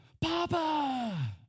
Papa